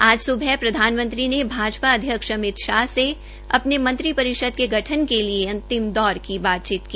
आज स्बह प्रधानमंत्री ने भाजपा अध्यक्ष अमित शाह से अपने मंत्रिपरिषद के गठन के लिये अंतिम दौर की बातचीत की